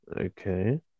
okay